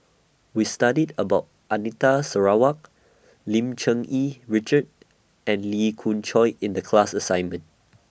We studied about Anita Sarawak Lim Cherng Yih Richard and Lee Khoon Choy in The class assignment